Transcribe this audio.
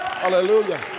Hallelujah